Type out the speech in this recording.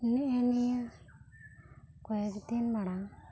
ᱱᱮᱜ ᱮ ᱱᱤᱭᱟᱹ ᱠᱚᱭᱮᱠ ᱫᱤᱱ ᱢᱟᱲᱟᱝ ᱫᱚ